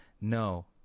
no